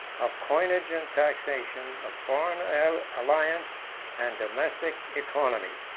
of coinage and taxation, of foreign alliance and domestic economy.